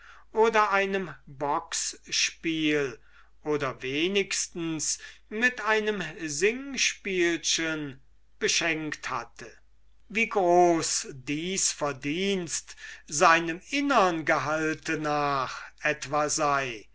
oder einem bocksspiel oder wenigstens mit einem singspielchen beschenkt hatte wie groß dies verdienst seinem innern gehalt nach etwa sei